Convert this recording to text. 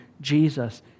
Jesus